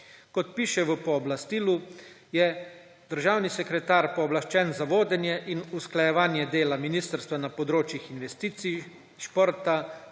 Kot piše v pooblastilu, je državni sekretar pooblaščen za vodenje in usklajevanje dela ministrstva na področjih investicij, športa,